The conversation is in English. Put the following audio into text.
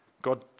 God